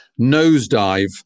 nosedive